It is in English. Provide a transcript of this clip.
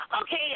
Okay